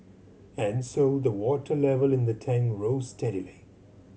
and so the water level in the tank rose steadily